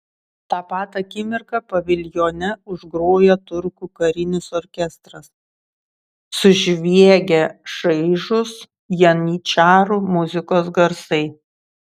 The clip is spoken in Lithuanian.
tą pat akimirką paviljone užgroja turkų karinis orkestras sužviegia šaižūs janyčarų muzikos garsai